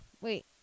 wait